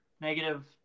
negative